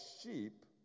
sheep